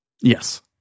Yes